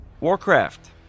Warcraft